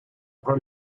про